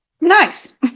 Nice